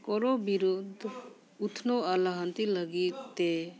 ᱠᱚᱨᱚ ᱵᱤᱨᱳᱫ ᱩᱛᱱᱟᱹᱣ ᱟᱨ ᱞᱟᱦᱟᱱᱛᱤ ᱞᱟᱹᱜᱤᱫᱼᱛᱮ